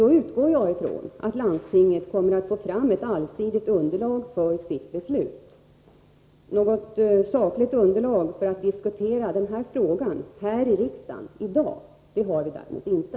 Jag utgår ifrån att landstinget då kommer att få fram ett allsidigt underlag för sitt beslut. Något sakligt underlag för att diskutera frågan här i riksdagen i dag har vi däremot inte.